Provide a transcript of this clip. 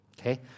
Okay